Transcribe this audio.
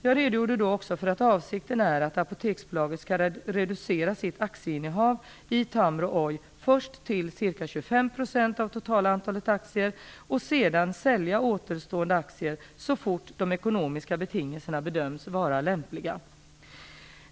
Jag redogjorde då också för att avsikten är att Apoteksbolaget skall reducera sitt aktieinnehav i Tamro Oy först till ca 25 % av totala antalet aktier och sedan sälja återstående aktier så fort de ekonomiska betingelserna bedöms vara lämpliga.